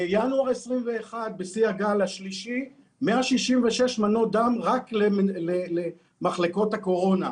בינואר 21' בשיא הגל השלישי 166 מנות דם הופנו רק למחלקות הקורונה,